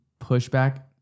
pushback